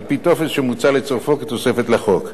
על-פי טופס שמוצע לצרפו כתוספת לחוק.